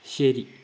ശരി